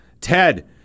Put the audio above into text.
Ted